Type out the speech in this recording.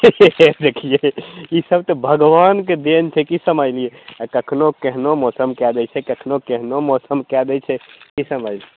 देखियै ई सब तऽ भगवानके देन छै की समझलियै आ कखनो केहनो मौसम कऽ दै छै कखनो केहनो मौसम कऽ दै छै की समझ